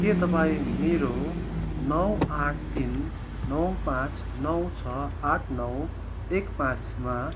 के तपाईँ मेरो नौ आठ तिन नौ पाँच नौ छ आठ नौ एक पाँचमा